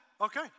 Okay